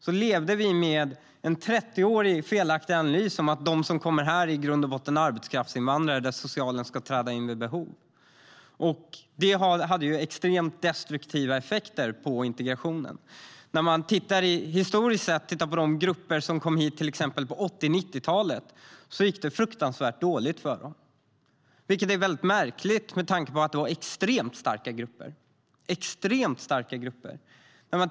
Vi levde med en 30 år gammal felaktig analys: att de som kommer hit i grund och botten är arbetskraftsinvandrare som socialen ska träda in för vid behov. Det hade extremt destruktiva effekter på integrationen. När man tittar på de grupper som kom hit på 80 och 90-talen ser man att det gick fruktansvärt dåligt för dem, vilket är mycket märkligt med tanke på att det var extremt starka grupper.